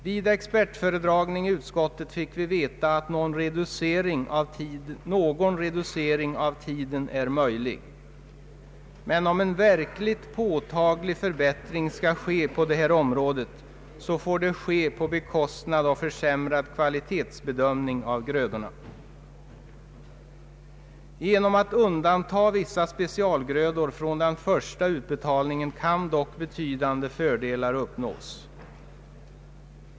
Vid expertföredragning i utskottet fick vi veta att en viss reducering av tiden är möjlig, men om en verkligt påtaglig förbättring skall ske på detta område, får det ske till kostnaden av en försämrad kvalitetsbedömning av grödorna. Genom att undanta vissa specialgrödor från den första utbetalningen kan man dock uppnå betydande fördelar.